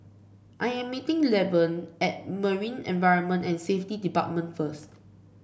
I am meeting Levon at Marine Environment and Safety Department first